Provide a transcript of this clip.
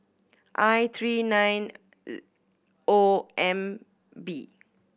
I three nine O M B